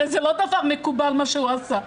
הרי זה לא דבר מקובל מה שהוא עשה.